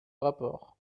rapport